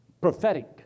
prophetic